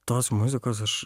tos muzikos aš